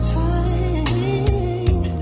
time